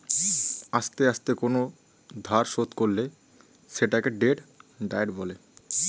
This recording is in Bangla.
আস্তে আস্তে কোন ধার শোধ করলে সেটাকে ডেট ডায়েট বলে